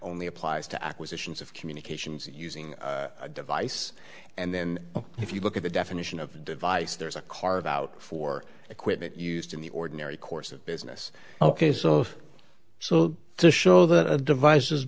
only applies to acquisitions of communications using a device and then if you look at the definition of the device there's a carve out for equipment used in the ordinary course of business ok so so to show that a device